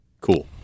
cool